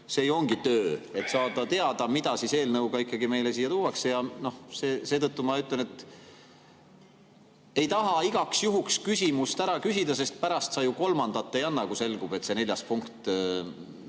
[meie] töö, et saada teada, mida siis eelnõuga ikkagi meile siia tuuakse. Seetõttu ma ütlen, et ei taha igaks juhuks küsimust ära küsida, sest pärast sa ju kolmandat ei anna, kui selgub, et tegelikult